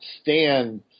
stand